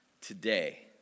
today